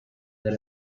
that